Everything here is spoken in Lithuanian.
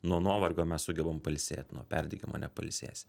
nuo nuovargio mes sugebam pailsėt nuo perdegimo nepailsėsi